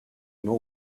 know